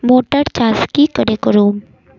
Motor चास की करे करूम?